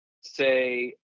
say